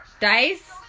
Dice